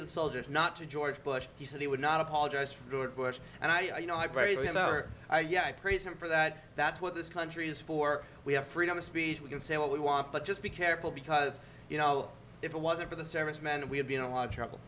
of the soldiers not to george bush he said he would not apologize for good bush and i know i buried him yet i praise him for that that's what this country is for we have freedom of speech we can say what we want but just be careful because you know if it wasn't for the servicemen we have been a lot of trouble